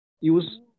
use